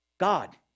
God